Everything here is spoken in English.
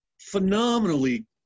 phenomenally